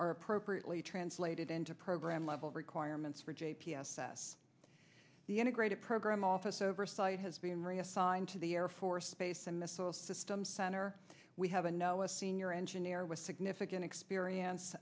are appropriately translated into program level requirements for j p s s the integrated program office oversight has been reassigned to the air force space and missile system center we have a no a senior engineer with significant experience